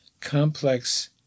complex